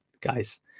guys